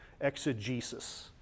Exegesis